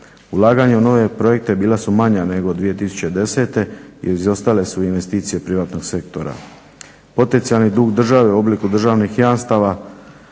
Ulaganja u nove projekte bila su manja nego 2010. i izostale su investicije privatnog sektora. Potencijalni dug države u obliku državnih jamstava